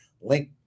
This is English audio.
link